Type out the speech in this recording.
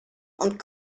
und